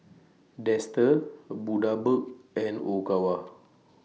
Dester Bundaberg and Ogawa